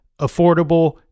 affordable